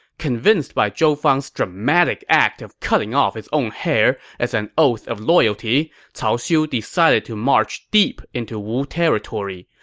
convinced by zhou fang's dramatic act of cutting off his own hair as an oath of loyalty, cao xiu decided to march deep into wu territory.